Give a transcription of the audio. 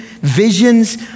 Visions